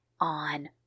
on